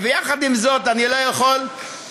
יחד עם זאת אני לא יכול שלא,